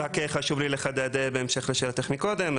רק חשוב לי לחדד, בהמשך לשאלתך מקודם.